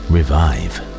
Revive